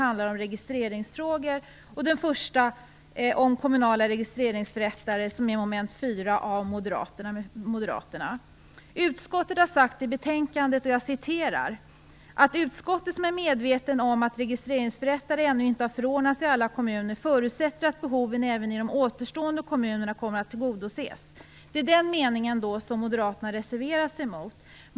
Den första reservationen, mom. 4, av moderaterna handlar om kommunala registreringsförrättare. Utskottet har i betänkandet sagt: "Utskottet, som är medvetet om att registreringsförrättare ännu inte har förordnats i alla kommuner, förutsätter att behovet även i de återstående kommunerna kommer att tillgodoses." Det är denna mening som Moderaterna har reserverat sig mot.